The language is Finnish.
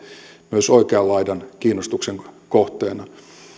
myös oikean laidan kiinnostuksen kohteena